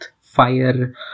fire